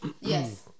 yes